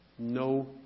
No